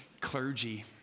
clergy